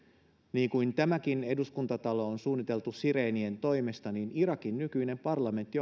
niin kuin tämäkin eduskuntatalo on suunniteltu sirenin toimesta niin myös irakin nykyinen parlamentti